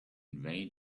vain